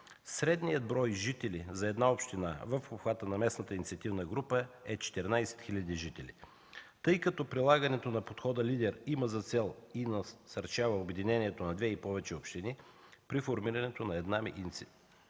Средният брой жители за една община в обхвата на местната инициативна група е 14 хиляди жители. Тъй като прилагането на подхода „Лидер” има за цел и насърчава обединението на две и повече общини при формирането на една местна